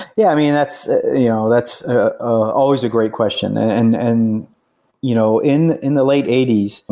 yeah, i mean, that's you know that's ah always a great question. and and you know in in the late eighty s, and